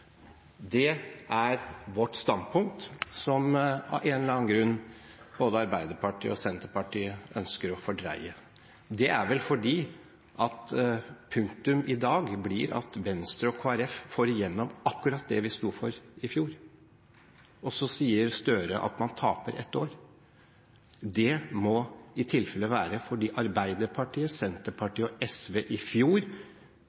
Dette er vårt standpunkt, som av en eller annen grunn både Arbeiderpartiet og Senterpartiet ønsker å fordreie. Det er vel fordi punktum i dag blir at Venstre og Kristelig Folkeparti får igjennom akkurat det vi sto for i fjor. Så sier Gahr Støre at man taper ett år. Det må i tilfelle være fordi Arbeiderpartiet,